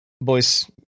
boys